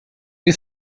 you